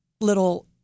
little